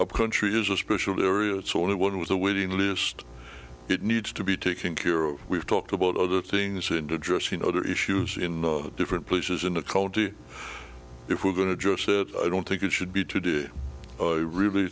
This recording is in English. a country is a special duryea it's only it was a waiting list it needs to be taken care of we've talked about other things into addressing other issues in different places in a cult if we're going to just sit i don't think it should be to do really